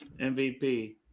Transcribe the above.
MVP